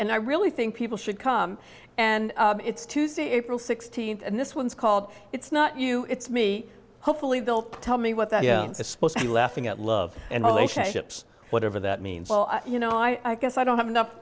and i really think people should come and it's tuesday april sixteenth and this one's called it's not you it's me hopefully they'll tell me what that is supposed to be laughing at love and relationships whatever that means well you know i guess i don't have enough